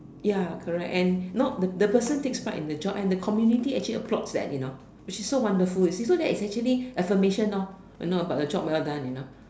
ya correct and know the the person takes part in the job and the community actually applauds that you know which is so wonderful you see so that is actually affirmation orh you know about a job well done you know